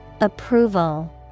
Approval